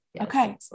Okay